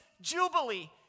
Jubilee